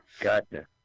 Gotcha